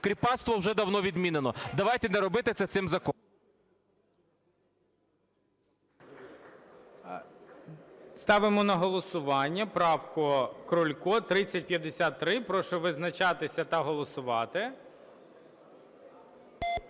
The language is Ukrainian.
Кріпацтво уже давно відмінено. Давайте не робити це цим... ГОЛОВУЮЧИЙ. Ставимо на голосування правку Крулько, 3053. Прошу визначатись та голосувати.